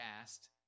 asked